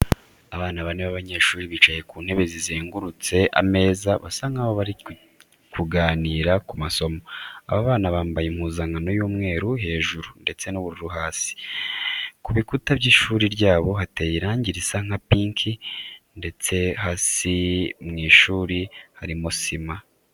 Abana bane b'abanyeshuri bicaye ku ntebe zizengurutse ameza basa nkaho bari kiganira ku masomo. Aba bana bambaye impuzankano y'umweru hejuru ndetse n'ubururu hasi. Ku bikuta by'ishuri ryabo hateye irangi risa nka pinki ndetse hasi mu ishuri harimo sima.